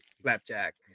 slapjack